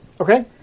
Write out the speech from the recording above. Okay